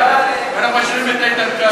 אנחנו משאירים את איתן כבל.